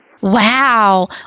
Wow